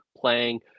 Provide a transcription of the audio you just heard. playing